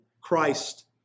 Christ